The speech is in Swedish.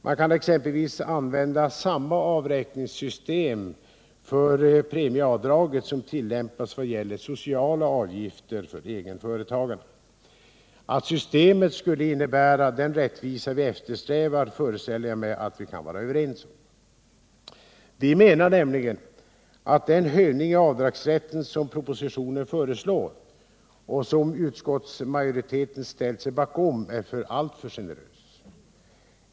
Man kan exempelvis använda samma avräkningssystem för premieavdraget som det som tillämpas beträffande sociala avgifter för egenföretagarna. Att systemet skulle innebära den rättvisa vi eftersträvar föreställer jag mig att vi kan vara överens om. Vi menar nämligen att den höjning av avdraget som föreslås i propositionen och som utskottsmajoriteten ställt sig bakom är alltför generös.